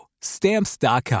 stamps.com